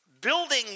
building